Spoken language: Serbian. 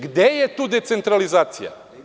Gde je tu decentralizacija?